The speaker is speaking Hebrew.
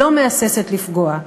לא מהססת לפגוע.